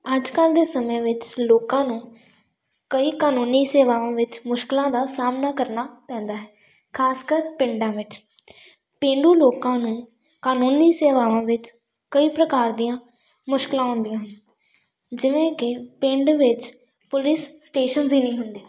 ਅੱਜ ਕੱਲ੍ਹ ਦੇ ਸਮੇਂ ਵਿੱਚ ਲੋਕਾਂ ਨੂੰ ਕਈ ਕਾਨੂੰਨੀ ਸੇਵਾਵਾਂ ਵਿੱਚ ਮੁਸ਼ਕਲਾਂ ਦਾ ਸਾਹਮਣਾ ਕਰਨਾ ਪੈਂਦਾ ਹੈ ਖਾਸਕਰ ਪਿੰਡਾਂ ਵਿੱਚ ਪੇਂਡੂ ਲੋਕਾਂ ਨੂੰ ਕਾਨੂੰਨੀ ਸੇਵਾਵਾਂ ਵਿੱਚ ਕਈ ਪ੍ਰਕਾਰ ਦੀਆਂ ਮੁਸ਼ਕਲਾਂ ਆਉਂਦੀਆਂ ਹਨ ਜਿਵੇਂ ਕਿ ਪਿੰਡ ਵਿੱਚ ਪੁਲਿਸ ਸਟੇਸ਼ਨਜ਼ ਹੀ ਨਹੀਂ ਹੁੰਦੇ